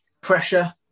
pressure